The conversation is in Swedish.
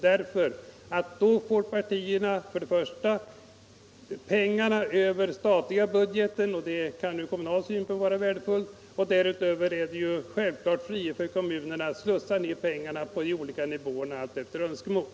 Då får partierna pengarna över den statliga budgeten, och det kan ur kommunalekonomisk synpunkt vara värdefullt. Därutöver är det självfallet frihet för partierna att slussa ned pengarna på de olika nivåerna efter egen bedömning.